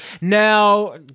now